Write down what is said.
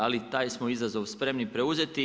Ali taj smo izazov spremni preuzeti.